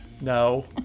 no